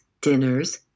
dinners